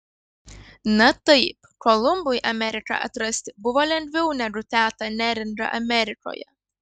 na taip kolumbui ameriką atrasti buvo lengviau negu tetą neringą amerikoje